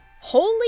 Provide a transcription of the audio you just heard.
holy